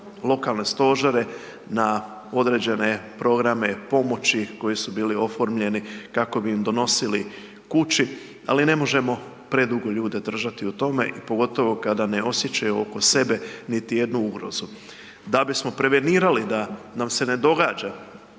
lokalne stožere, na određene programe pomoći koji su bili oformljeni kako bi im donosili kući, ali ne možemo predugo ljude držati u tome i pogotovo kada ne osjećaju oko sebe niti jednu ugrozu. Da bismo prevenirali da nam se ne događa